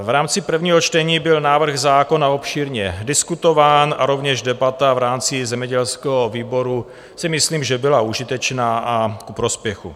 V rámci prvého čtení byl návrh zákona obšírně diskutován a rovněž debata v rámci zemědělského výboru byla, myslím si, užitečná a ku prospěchu.